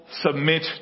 submit